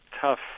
tough